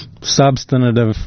substantive